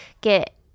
get